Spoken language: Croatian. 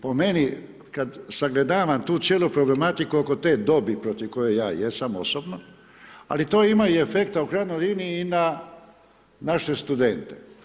Po meni kada sagledavam tu cijelu problematiku oko te dobi protiv koje ja jesam osobno, ali to ima i efekta u krajnjoj liniji i na naše studente.